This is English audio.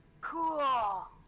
Cool